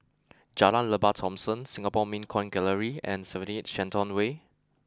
Jalan Lembah Thomson Singapore Mint Coin Gallery and seventy eight Shenton Way